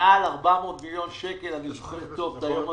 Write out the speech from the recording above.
מעל 400 מיליון שקל אני זוכר טוב את היום הזה,